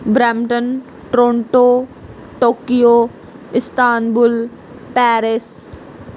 Brampton Toronto Tokyo Istanbul Paris